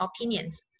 opinions